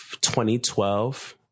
2012